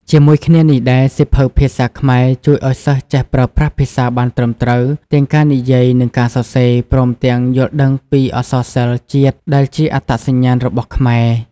ជាមួយគ្នានេះដែរ សៀវភៅ ភាសាខ្មែរ ជួយឱ្យសិស្សចេះប្រើប្រាស់ភាសាបានត្រឹមត្រូវ ទាំងការនិយាយនិងការសរសេរ ព្រមទាំងយល់ដឹងពីអក្សរសិល្ប៍ជាតិដែលជាអត្តសញ្ញាណរបស់ខ្មែរ។